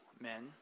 men